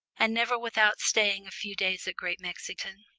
and never without staying a few days at great mexington,